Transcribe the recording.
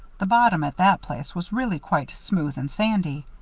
the bottom at that place was really quite smooth and sandy.